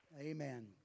Amen